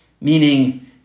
meaning